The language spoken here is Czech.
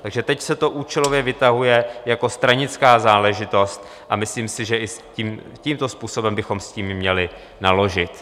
Takže teď se to účelově vytahuje jako stranická záležitost a myslím si, že tímto způsobem bychom s tím měli naložit.